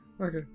Okay